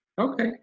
Okay